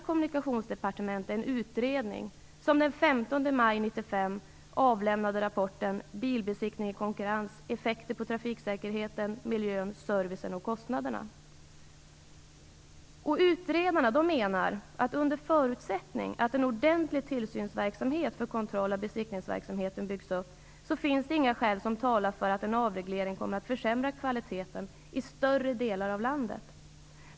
Kommunikationsdepartementet en utredning, som den 15 maj 1995 avlämnade rapporten Bilbesiktning i konkurrens - effekter på trafiksäkerheten, miljön, servicen och kostnaderna. Utredarna menar att det, under förutsättning att en ordentlig tillsynsverksamhet för kontroll av besiktningsverksamheten byggs upp, inte finns några skäl för att en avreglering skulle komma att försämra kvaliteten i större delar av landet.